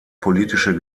politische